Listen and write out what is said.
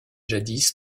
jadis